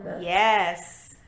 Yes